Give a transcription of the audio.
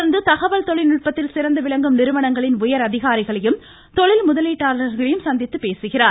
தொடர்ந்து தகவல் தொழில்நுட்பத்தில் சிறந்து விளங்கும் நிறுவனங்களின் உயரதிகாரிகளையும் தொழில் முதலீட்டாளர்களையும் சந்தித்து பேசுகிறார்